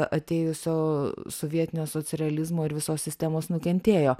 atėjusio sovietinio sociarealizmo ir visos sistemos nukentėjo